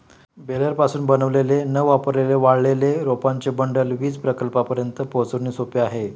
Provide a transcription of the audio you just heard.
बेलरपासून बनवलेले न वापरलेले वाळलेले रोपांचे बंडल वीज प्रकल्पांपर्यंत पोहोचवणे सोपे आहे